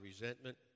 resentment